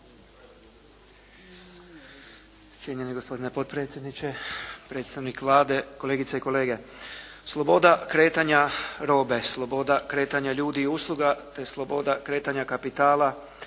Sloboda kretanja robe, sloboda kretanja ljudi i usluga te sloboda kretanja kapitala